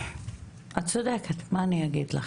את צודקת, מה אני אגיד לך.